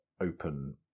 open